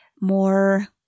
more